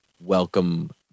welcome